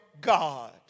God